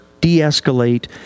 de-escalate